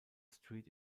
street